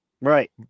Right